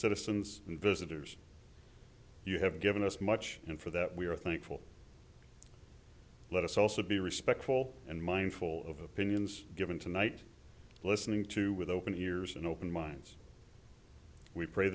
citizens and visitors you have given us much and for that we are thankful let us also be respectful and mindful of opinions given tonight listening to with open ears and open minds we pray